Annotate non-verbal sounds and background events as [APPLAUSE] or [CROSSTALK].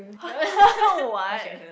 [LAUGHS] what